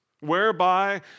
whereby